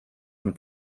von